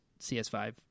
CS5